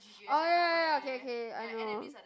oh ya ya okay okay I know